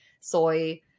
soy